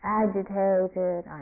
agitated